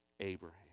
Abraham